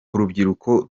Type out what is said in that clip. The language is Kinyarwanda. urubyiruko